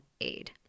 aid